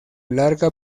larga